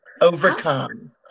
Overcome